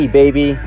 baby